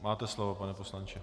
Máte slovo, pane poslanče.